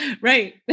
Right